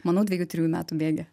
manau dviejų trijų metų bėgyje